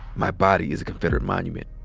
my body is a confederate monument.